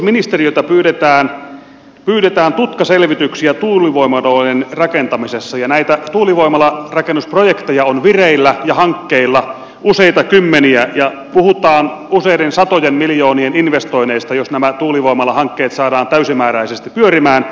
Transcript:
puolustusministeriöltä pyydetään tutkaselvityksiä tuulivoimaloiden rakentamisessa ja näitä tuulivoimalarakennusprojekteja on vireillä ja hankkeilla useita kymmeniä ja puhutaan useiden satojen miljoonien investoinneista jos nämä tuulivoimalahankkeet saadaan täysimääräisesti pyörimään